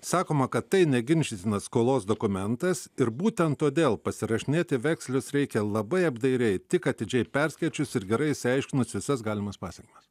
sakoma kad tai neginčytinas skolos dokumentas ir būtent todėl pasirašinėti vekselius reikia labai apdairiai tik atidžiai perskaičius ir gerai išsiaiškinus visas galimas pasekmes